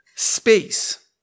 space